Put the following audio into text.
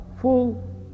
full